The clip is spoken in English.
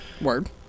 Word